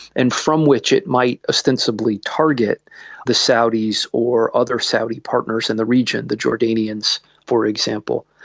and from which it might ostensibly target the saudis or other saudi partners in the region, the jordanians for example.